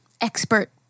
expert